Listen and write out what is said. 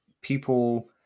people